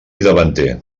davanter